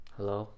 Hello